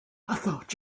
thought